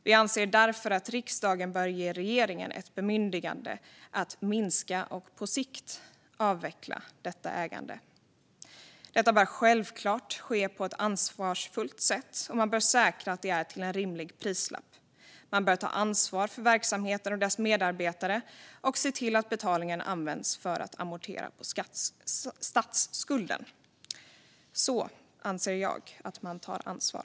Vi anser därför att riksdagen bör ge regeringen ett bemyndigande att minska och på sikt avveckla detta ägande. Detta bör självklart ske på ett ansvarsfullt sätt, och man bör säkra att det sker till en rimlig prislapp. Man bör ta ansvar för verksamheten och dess medarbetare och se till att betalningen används för att amortera på statsskulden. Så anser jag att man tar ansvar.